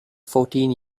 fourteen